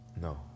No